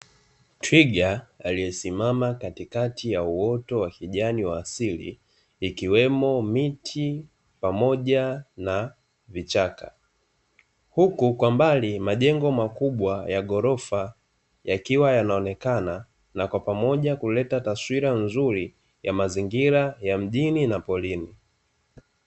Twiga aliyesimama katikati ya uoto wa kijani wa asili ikiwemo miti pamoja na vichaka, huku kwa mbali majengo makubwa ya ghorofa yakiwa yanaonekana na kwa pamoja kuleta taswira nzuri ya mazingira ya mjini na porini.